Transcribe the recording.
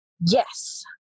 yes